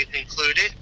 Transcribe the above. included